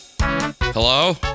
Hello